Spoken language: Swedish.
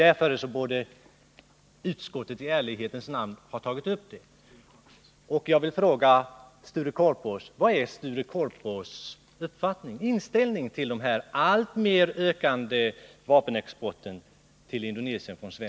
Därför borde utskottet i ärlighetens namn ha tagit upp den saken. Jag vill fråga: Vilken inställning har Sture Korpås till den alltmer ökande svenska vapenexporten till Indonesien?